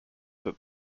that